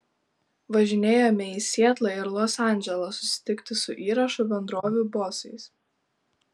važinėjome į sietlą ir los andželą susitikti su įrašų bendrovių bosais